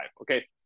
okay